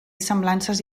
semblances